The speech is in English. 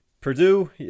Purdue